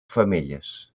femelles